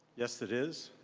yes, it is.